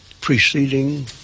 preceding